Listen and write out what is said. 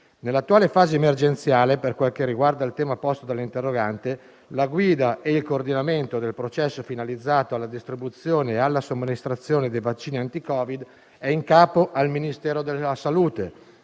Nell'attuale fase emergenziale, per quel che riguarda il tema posto dell'interrogante, la guida e il coordinamento del processo finalizzato alla distribuzione e alla somministrazione dei vaccini anti Covid-19, sono in capo al Ministero della salute,